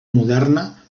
moderna